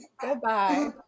goodbye